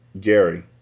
Gary